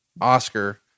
oscar